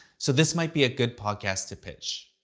so this might be a good podcast to pitch.